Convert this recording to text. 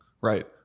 Right